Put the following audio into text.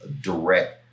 direct